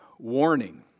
warning